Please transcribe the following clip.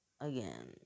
Again